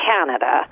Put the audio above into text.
Canada